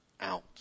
out